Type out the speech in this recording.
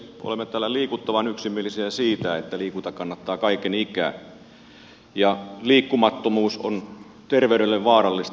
olemme täällä liikuttavan yksimielisiä siitä että liikunta kannattaa kaiken ikää ja liikkumattomuus on terveydelle vaarallista